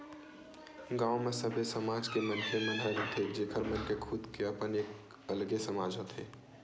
गाँव म सबे समाज के मनखे मन ह रहिथे जेखर मन के खुद के अपन एक अलगे समाज होथे